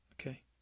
Okay